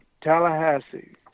Tallahassee